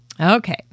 Okay